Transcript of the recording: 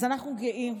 אז אנחנו גאים,